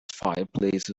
fireplace